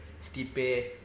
Stipe